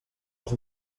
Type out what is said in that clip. els